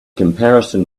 comparison